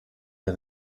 der